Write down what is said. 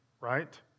right